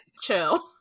Chill